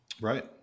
Right